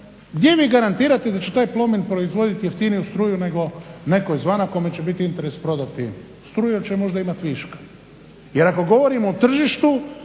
gdje vi garantirate da će taj Plomin proizvodit jeftiniju struju nego netko izvana kome će biti interes prodati struju jer će možda imati viška. Jer ako govorimo o tržištu